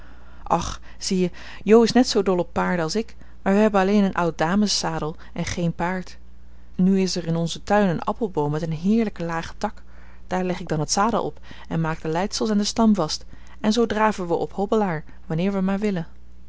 och zie je jo is net zoo dol op paarden als ik maar we hebben alleen een oud dameszadel en geen paard nu is er in onzen tuin een appelboom met een heerlijken lagen tak daar leg ik dan het zadel op maak de leidsels aan den stam vast en zoo draven we op hobbelaar wanneer wij maar willen